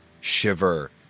shiver